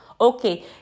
Okay